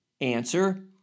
answer